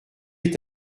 est